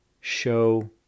Show